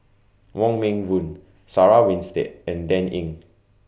Wong Meng Voon Sarah Winstedt and Dan Ying